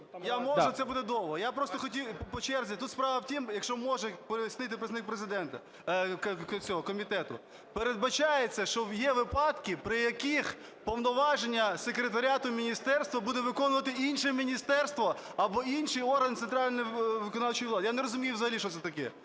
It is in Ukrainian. Я можу, це буде довго, я просто хотів по черзі. Тут справа в тім, якщо може пояснити представник комітету. Передбачається, що є випадки, при яких повноваження секретаріату міністерства буде виконувати інше міністерство або інший орган центральної виконавчої влади. Я не розумію взагалі, що це таке?